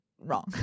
wrong